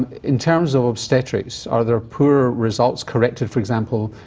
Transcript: in terms of obstetrics, are there poorer results corrected, for example,